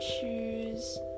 choose